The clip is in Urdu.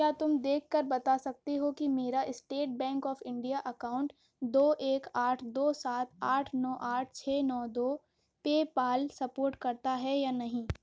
کیا تم دیکھ کر بتا سکتے ہو کہ میرا state bank of India account دو ایک آٹھ دو سات آٹھ نو آٹھ چھ نو دو پے پال سپورٹ کرتا ہے یا نہیں